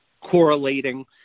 correlating